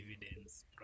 dividends